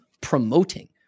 promoting